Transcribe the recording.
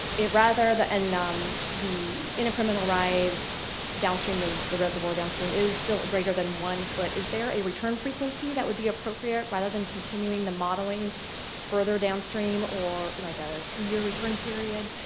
rather the and um the incremental rise downstream, the the reservoir downstream is still greater than one foot. is there a return frequency that would be appropriate, rather than continuing the modeling further downstream? or like a two-year return period,